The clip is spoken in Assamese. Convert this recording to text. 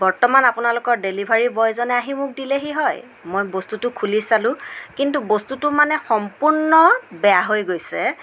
বৰ্তমান আপোনালোকৰ ডেলিভাৰী বয়জনে আহি মোক দিলেহি হয় মই বস্তুটো খুলি চালো কিন্তু বস্তুটো মানে সম্পূৰ্ণ বেয়া হৈ গৈছে